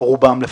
או רובם לפחות.